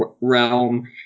realm